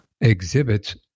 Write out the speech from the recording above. exhibits